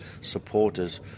supporters